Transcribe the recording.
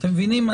אתם מבינים,